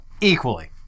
Equally